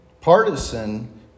Partisan